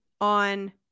on